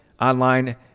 online